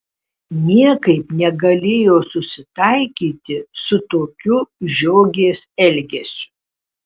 niekaip negalėjo susitaikyti su tokiu žiogės elgesiu